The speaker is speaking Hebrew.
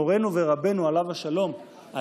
מורנו ורבנו עליו השלום,